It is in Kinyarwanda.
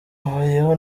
abayeho